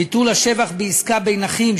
ביטול השבח בעסקה בין אחים,